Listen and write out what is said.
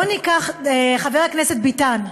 חבר הכנסת ביטן,